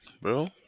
bro